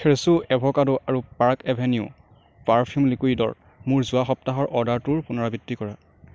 ফ্ৰেছো avocado আৰু Park Avenue perfume লিকুইডৰ মোৰ যোৱা সপ্তাহৰ অৰ্ডাৰটোৰ পুনৰাবৃত্তি কৰা